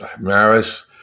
Maris